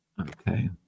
Okay